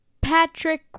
Patrick